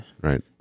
right